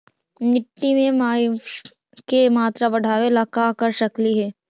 मिट्टी में ह्यूमस के मात्रा बढ़ावे ला का कर सकली हे?